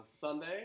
Sunday